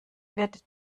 wird